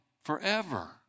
forever